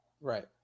Right